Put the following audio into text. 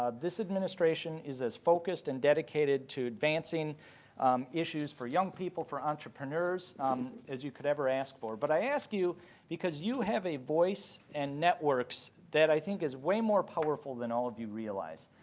this administration is as focused and dedicated to advancing issues for young people for entrepreneurs um as you could ever ask for. but i ask you because you have a voice and networks that i think is way more powerful than all of you realize.